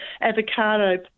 avocado